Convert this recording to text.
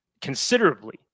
considerably